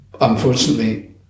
Unfortunately